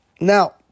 Now